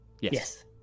Yes